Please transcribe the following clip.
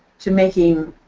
to making,